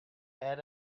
and